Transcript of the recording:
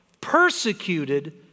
persecuted